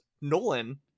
nolan